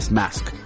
mask